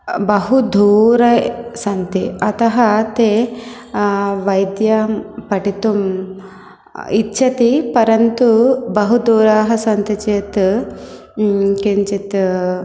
बहु दूरे सन्ति अतः ते वैद्यं पठितुम् इच्छन्ति परन्तु बहु दूराः सन्ति चेत् किञ्चित्